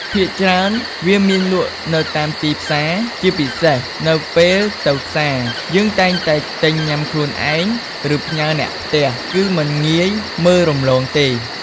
ភាគច្រើន វាមានលក់នៅតាមទីផ្សារ ជាពិសេស នៅពេលទៅផ្សារ យើងតែងតែទិញញុាំខ្លួនឯង ឬផ្ញើអ្នកផ្ទះ គឺមិនងាយមើលរំលងទេ។